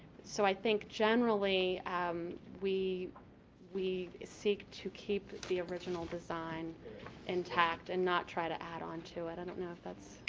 so i think generally um we we seek to keep the original design in tact and not try to add on to it. i don't know if that's